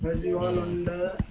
zero am and